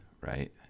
right